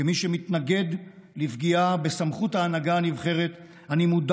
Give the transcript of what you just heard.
כמי שמתנגד לפגיעה בסמכות ההנהגה הנבחרת אני מודע